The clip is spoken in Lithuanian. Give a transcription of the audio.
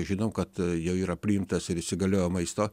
žinom kad jau yra priimtas ir įsigaliojo maisto